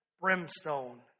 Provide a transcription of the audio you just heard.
brimstone